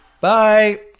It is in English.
Bye